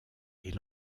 est